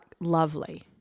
lovely